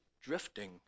drifting